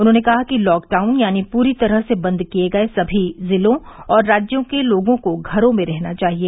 उन्होंने कहा कि लॉक डाउन यानी प्री तरह से बंद किए गए सभी जिलों और राज्यों के लोगों को घरों में रहना चाहिए